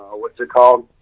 what's it called?